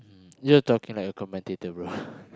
you are talking like commentator bro